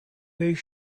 his